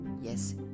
yes